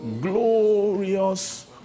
glorious